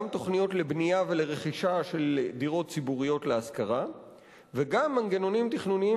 גם תוכניות לבנייה ולרכישה של דירות ציבוריות להשכרה וגם מנגנונים תכנוניים